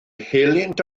helynt